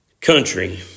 country